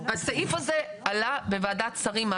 הסעיף הזה עלה בוועדת שרים.